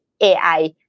AI